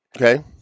Okay